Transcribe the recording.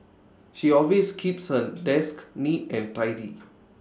she always keeps her desk neat and tidy